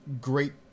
great